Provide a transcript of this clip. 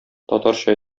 татарча